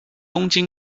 东京